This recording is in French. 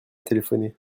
téléphoné